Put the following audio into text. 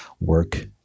work